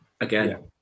again